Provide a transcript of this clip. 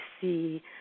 see